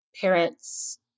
parents